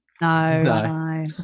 No